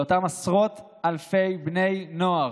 לאותם עשרות אלפי בני נוער,